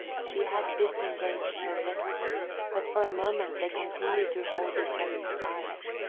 she had disengaged her wrist but for a moment they continued to hold each other's eyes,